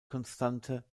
konstante